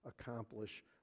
accomplish